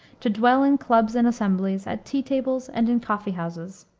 to dwell in clubs and assemblies, at tea-tables and in coffee-houses.